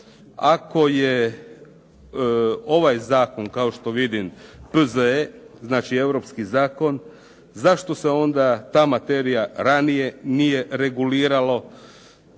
ako je ovaj zakon kao što vidim P.Z.E., znači europski zakon, zašto se onda ta materija ranije nije reguliralo,